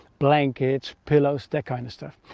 blankets, pillows. that kind of stuff.